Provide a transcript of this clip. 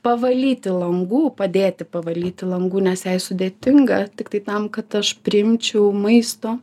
pavalyti langų padėti pavalyti langų nes jai sudėtinga tiktai tam kad aš priimčiau maisto